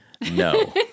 no